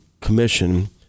Commission